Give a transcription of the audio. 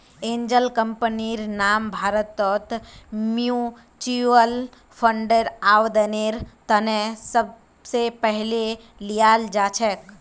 angel कम्पनीर नाम भारतत म्युच्युअल फंडर आवेदनेर त न सबस पहले ल्याल जा छेक